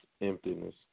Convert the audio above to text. emptiness